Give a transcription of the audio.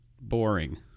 boring